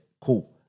Cool